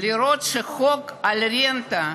לראות שהחוק על הרנטה,